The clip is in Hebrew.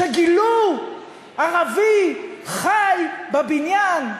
שגילו ערבי חי בבניין,